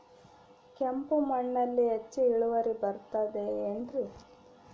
ಕೆಂಪು ಮಣ್ಣಲ್ಲಿ ಹೆಚ್ಚು ಇಳುವರಿ ಬರುತ್ತದೆ ಏನ್ರಿ?